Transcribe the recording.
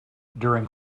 during